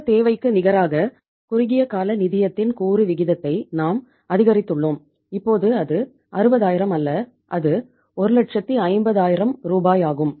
மொத்த தேவைக்கு நிகராக குறுகிய கால நிதியத்தின் கூறு விகிதத்தை நாம் அதிகரித்துள்ளோம் இப்போது அது 60000 அல்ல அது 150000 ரூ ஆகும்